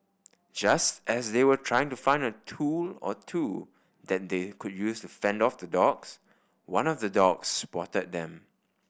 just as they were trying to find a tool or two that they could use to fend off the dogs one of the dogs spotted them